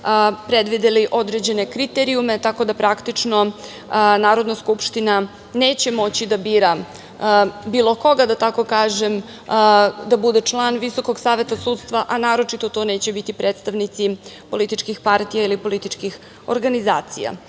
predvideli određene kriterijume, tako da, praktično Narodna skupština neće moći da bira bilo koga, da tako kažem, da bude član Visokog saveta sudstva, a naročito to neće biti predstavnici političkih partija ili političkih organizacija. Shodno